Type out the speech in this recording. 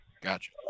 Gotcha